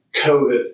COVID